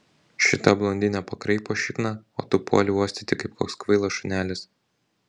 šita blondinė pakraipo šikną o tu puoli uostyti kaip koks kvailas šunelis